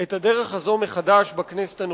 את הדרך הזאת מחדש בכנסת הנוכחית.